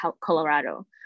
Colorado